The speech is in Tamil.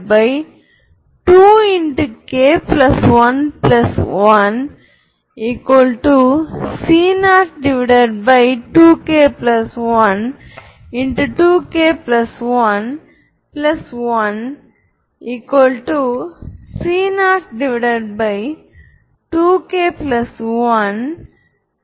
இவை வேறுபடவில்லை என்றால் ஐகென் மதிப்புகளும் வேறுபட்டவை அல்ல அதாவது உங்களுக்கு ரிப்பிட்டேட் ஐகென் மதிப்புகள் உள்ளன மேலும் m முறை ரிப்பிட்டு ஆகும் போது லீனியர்லி இன்டெபேன்டென்ட் ஐகென் வெக்டார் பெறுகிறோம்